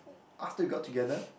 after we got together